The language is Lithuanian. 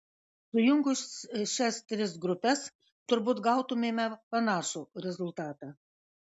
sujungus šias tris grupes turbūt gautumėme panašų rezultatą